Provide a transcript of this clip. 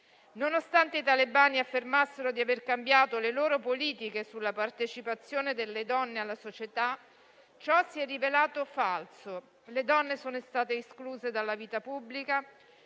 Nonostante i talebani affermassero di aver cambiato le loro politiche sulla partecipazione delle donne alla società, ciò si è rivelato falso. Le donne sono state escluse dalla vita pubblica,